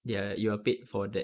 ya you're paid for that